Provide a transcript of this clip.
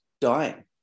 dying